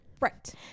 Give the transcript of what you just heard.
Right